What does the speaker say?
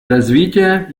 развития